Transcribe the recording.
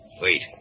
Wait